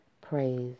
Praise